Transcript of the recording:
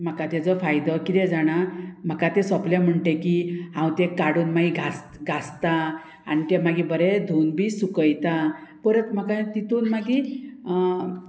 म्हाका तेजो फायदो किदें जाणा म्हाका तें सोंपलें म्हणटकी हांव तें काडून मागीर घा घासता आनी तें मागीर बरें धुवन बी सुकयता परत म्हाका तितून मागीर